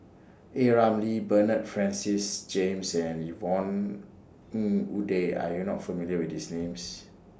A Ramli Bernard Francis James and Yvonne Ng Uhde Are YOU not familiar with These Names